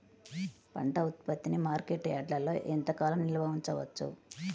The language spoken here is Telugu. పంట ఉత్పత్తిని మార్కెట్ యార్డ్లలో ఎంతకాలం నిల్వ ఉంచవచ్చు?